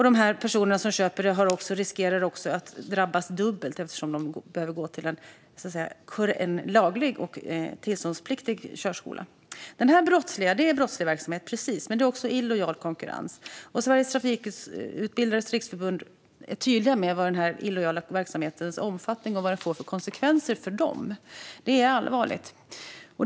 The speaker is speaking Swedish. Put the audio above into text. De personer som köper lektionerna riskerar att drabbas dubbelt eftersom de sedan måste gå till en laglig och tillståndspliktig körskola. Det är fråga om brottslig verksamhet, men det är också fråga om illojal konkurrens. Sveriges Trafikutbildares Riksförbund är tydligt med vad den illojala verksamhetens omfattning får för konsekvenser för dem. Det är allvarligt.